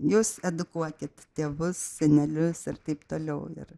jūs edukuokit tėvus senelius ir taip toliau ir